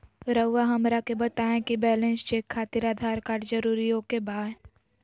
रउआ हमरा के बताए कि बैलेंस चेक खातिर आधार कार्ड जरूर ओके बाय?